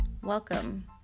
Welcome